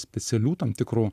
specialių tam tikrų